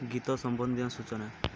ଗୀତ ସମ୍ବନ୍ଧୀୟ ସୂଚନା